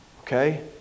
Okay